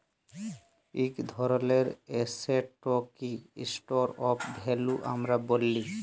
ইক ধরলের এসেটকে স্টর অফ ভ্যালু আমরা ব্যলি